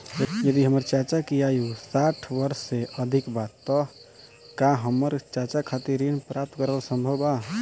यदि हमर चाचा की आयु साठ वर्ष से अधिक बा त का हमर चाचा खातिर ऋण प्राप्त करल संभव बा